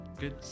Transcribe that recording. Good